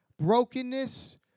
Brokenness